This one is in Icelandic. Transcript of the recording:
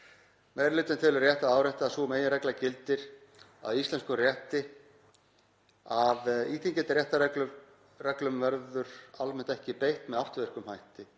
telur rétt að árétta að sú meginregla gildir að íslenskum rétti að íþyngjandi réttarreglum verður almennt ekki beitt með afturvirkum hætti.